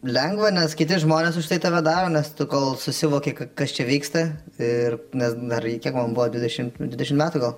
lengva nes kiti žmonės už tai tave daro nes kol susivoki kas čia vyksta ir nes dar iki man buvo dvidešimt dvidešimt metų gal